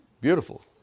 Beautiful